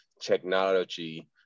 technology